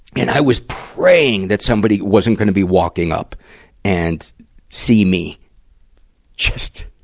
and i was praying that somebody wasn't gonna be walking up and see me just,